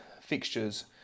fixtures